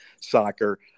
soccer